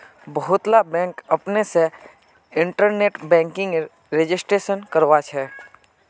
बहुतला बैंक अपने से इन्टरनेट बैंकिंगेर रजिस्ट्रेशन करवाछे